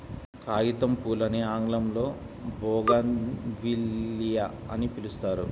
కాగితంపూలని ఆంగ్లంలో బోగాన్విల్లియ అని పిలుస్తారు